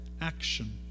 action